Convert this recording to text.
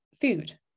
food